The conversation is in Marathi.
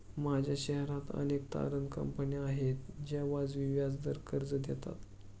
माझ्या शहरात अनेक तारण कंपन्या आहेत ज्या वाजवी व्याजावर कर्ज देतात